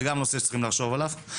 זה גם נושא שצריכים לחשוב עליו.